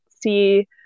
see